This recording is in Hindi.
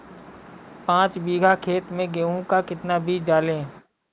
पाँच बीघा खेत में गेहूँ का कितना बीज डालें?